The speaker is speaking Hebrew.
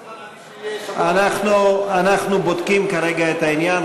עדיף שיהיה בשבוע, אנחנו בודקים כרגע את העניין.